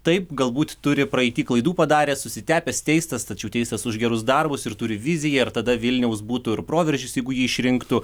taip galbūt turi praeity klaidų padaręs susitepęs teistas tačiau teistas už gerus darbus ir turi viziją ir tada vilniaus būtų ir proveržis jeigu jį išrinktų